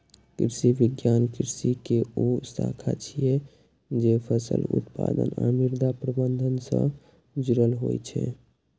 कृषि विज्ञान कृषि के ऊ शाखा छियै, जे फसल उत्पादन आ मृदा प्रबंधन सं जुड़ल होइ छै